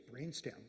brainstem